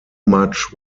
much